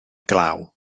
glaw